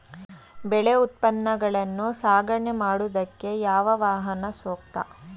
ಬೆಳೆ ಉತ್ಪನ್ನಗಳನ್ನು ಸಾಗಣೆ ಮಾಡೋದಕ್ಕೆ ಯಾವ ವಾಹನ ಸೂಕ್ತ?